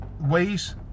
ways